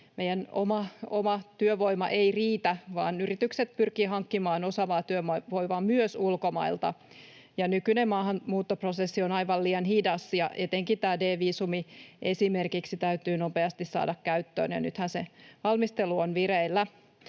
oma työvoima ei riitä, vaan yritykset pyrkivät hankkimaan osaavaa työvoimaa myös ulkomailta. Nykyinen maahanmuuttoprosessi on aivan liian hidas, esimerkiksi etenkin tämä D-viisumi täytyy nopeasti saada käyttöön, ja nythän sen valmistelu on vireillä.